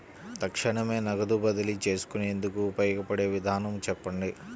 తక్షణమే నగదు బదిలీ చేసుకునేందుకు ఉపయోగపడే విధానము చెప్పండి?